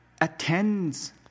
attends